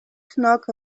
knock